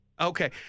Okay